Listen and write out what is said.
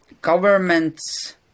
governments